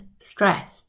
stressed